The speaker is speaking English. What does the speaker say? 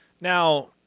Now